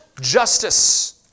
justice